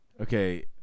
okay